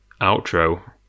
outro